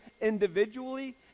individually